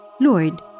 Lord